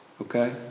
Okay